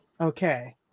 Okay